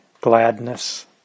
gladness